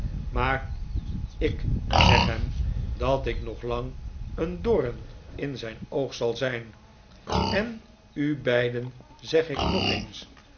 maar ik zeg hem dat ik nog lang een doom in zijn oog zal zijn en u beiden zeg ik nog eens